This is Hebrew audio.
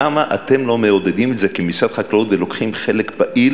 למה אתם לא מעודדים את זה כמשרד החקלאות ולוקחים חלק פעיל